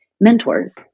mentors